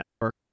network